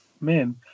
Man